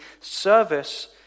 service